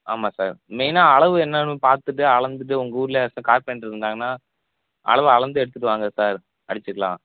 ஆமாம் சார் மெயினாக அளவு என்னென்னு பார்த்துட்டு அளந்துவிட்டு உங்க ஊரில் யாராச்சும் கார்பெண்டர் இருந்தாங்கன்னா அளவை அளந்து எடுத்துகிட்டு வாங்க சார் அடிச்சுக்கலாம்